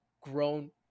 grown